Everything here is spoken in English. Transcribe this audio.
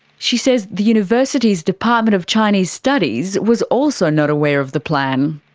she says the university's department of chinese studies was also not aware of the plan.